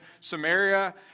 Samaria